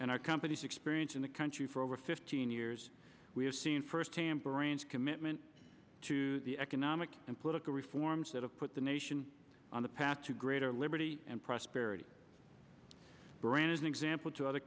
and our company's experience in the country for over fifteen years we have seen first hand brains commitment to the economic and political reforms that have put the nation on the path to greater liberty and prosperity bran is an example to other